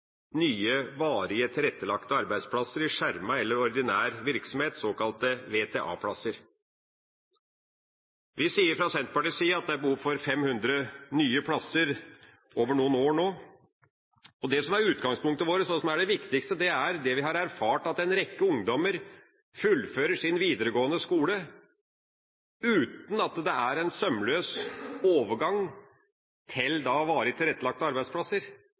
nye varig tilrettelagte arbeidsplasser i skjermet eller ordinær virksomhet, såkalte VTA-plasser. Vi sier fra Senterpartiets side at det er behov for 500 nye plasser over noen år. Det som er utgangspunktet vårt, og som er det viktigste, er det vi har erfart – at en rekke ungdommer fullfører sin videregående skole uten at det er noen sømløs overgang til varig tilrettelagte arbeidsplasser.